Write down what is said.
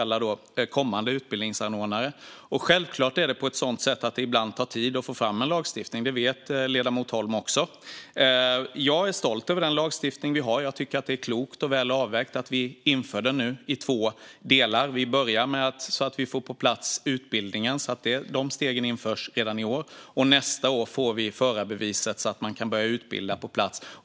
Självklart är det så att det ibland tar tid att få fram en lagstiftning. Det vet ledamoten Holm också. Jag är stolt över den lagstiftning vi har. Jag tycker att det är klokt och väl avvägt att vi inför den i två delar. Vi börjar med att få på plats utbildningen. De stegen införs redan i år. Nästa år får vi förarbeviset, så att man kan börja utbilda på plats.